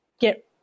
get